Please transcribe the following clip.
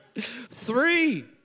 Three